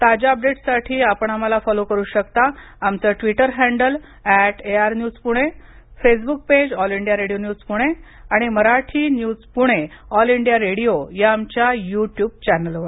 ताज्या अपडेट्ससाठी आपण आम्हाला फॉलो करु शकता आमचं Twitter handle at A I R news Pune Facebook page all India radio news Pune आणि Marathi news Pune all India radio या आमच्या युट्युब चॅनेलवर